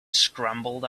scrambled